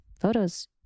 photos